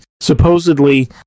supposedly